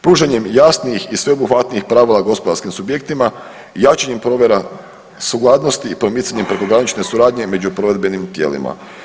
Pružanjem jasnijih i sveobuhvatnijih pravila gospodarskim subjektima, jačanjem provjera sukladnosti i promicanjem prekogranične suradnje među provedbenim tijelima.